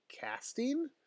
casting